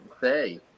say